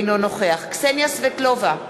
אינו נוכח קסניה סבטלובה,